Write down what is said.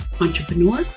entrepreneur